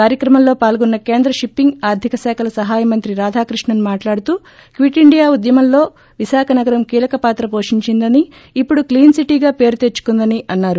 కార్యక్రమంలో పాల్గొన్న కేంద్ర షిప్సింగ్ ఆర్గిక శాఖల సహాయ మంత్రి రాధాకృష్ణన్ మాట్లాడుతూ క్విట్ ఇండియా ఉద్యమంలో విశాఖ నగరం కీలక పాత్ర వోషించిందని ఇప్పుడు క్లీన్ సిటీగా పేరు తెచ్చుకుందని అన్నారు